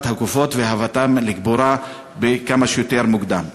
הגופות והבאתן לקבורה כמה שיותר מוקדם.